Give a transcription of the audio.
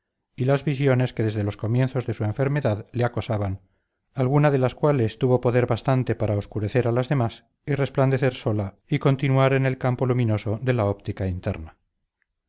y las visiones que desde los comienzos de su enfermedad le acosaban alguna de las cuales tuvo poder bastante para obscurecer a las demás y resplandecer sola y continua en el campo luminoso de la óptica interna